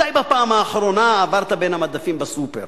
מתי בפעם האחרונה עברת בין המדפים בסופר?